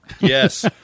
Yes